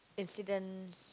incidents